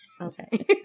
okay